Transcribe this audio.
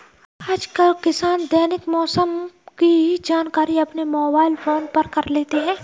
आजकल किसान दैनिक मौसम की जानकारी अपने मोबाइल फोन पर ले लेते हैं